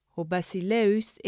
Hobasileus